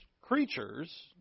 creatures